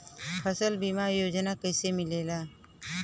फसल बीमा योजना कैसे मिलेला?